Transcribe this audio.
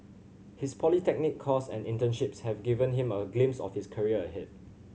his polytechnic course and internships have given him a glimpse of his career ahead